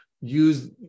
use